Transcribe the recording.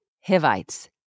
Hivites